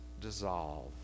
dissolve